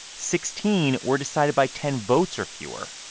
sixteen were decided by ten votes or fewer,